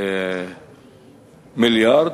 מיליארד.